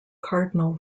cardinal